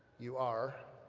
you are,